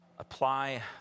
Apply